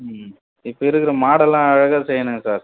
ம் இப்போ இருக்கிற மாடலெலாம் அழகாக செய்யணுங்க சார்